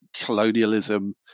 colonialism